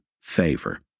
favor